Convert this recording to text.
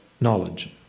knowledge